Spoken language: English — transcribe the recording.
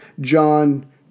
John